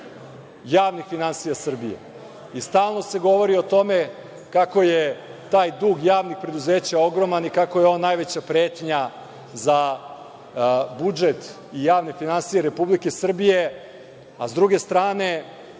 javnih finansija Srbije i stalno se govori o tome kako je taj dug javnih preduzeća ogroman i kako je on najveća pretnja za budžet i javne finansije Republike Srbije. Sa druge strane,